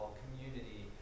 community